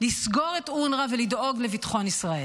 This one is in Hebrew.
לסגור את אונר"א ולדאוג לביטחון ישראל.